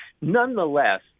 nonetheless